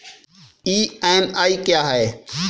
EMI क्या है?